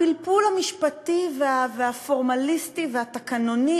הפלפול המשפטי והפורמליסטי והתקנוני